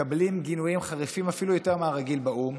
מקבלים גינויים חריפים אפילו יותר מהרגיל באו"ם,